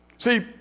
See